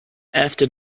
after